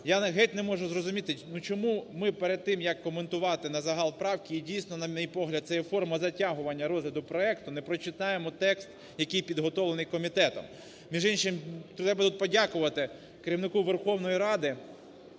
Я геть не можу зрозуміти, ну, чому ми, перед тим, як коментувати назагал правки і дійсно, на мій погляд, це є форма затягування розгляду проекту, не прочитаємо текст, який підготовлений комітетом? Між іншим, треба подякувати керівнику Верховної Ради